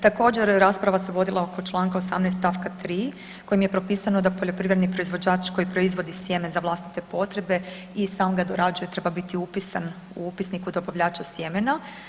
Također, rasprava se vodila oko čl. 18 st. 3 kojim je propisano da poljoprivredni proizvođač koji proizvodi sjeme za vlastite potrebe i sam ga dorađuje, treba biti upisan u Upisnik od dobavljača sjemena.